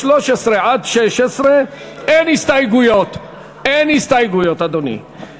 קבוצת סיעת רע"ם-תע"ל-מד"ע וקבוצת סיעת בל"ד לסעיף